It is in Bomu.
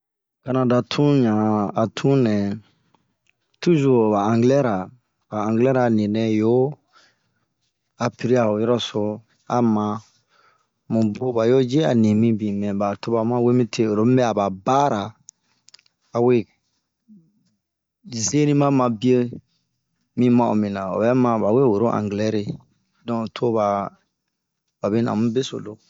Kanada tun ɲan a tun nɛ, tuzure ba angilɛra ,ba angilɛra ninɛ yoo a piri'a ho yurasso, a maa, mu boo ba yo yu a nimibin mɛ oba yo wemi te oro mibe aba baa'ara. Awe zenimu ma biye mi ma'o mina ,obɛ ma ba we woro angilɛ re? Donke toba babe nɛ oni..beso.